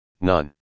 none